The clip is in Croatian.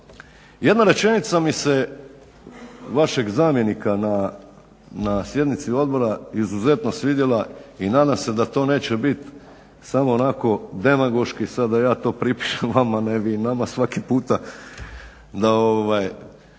Jedna rečenica mi se vašeg zamjenika na sjednici odbora izuzetno svidjela i nadam se da to neće biti samo onako demagoški sada da ja to pripišem vama ne vi nama svaki puta da